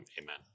amen